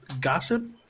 gossip